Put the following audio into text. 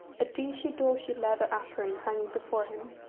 a deeshy daushy leather apron hanging before him,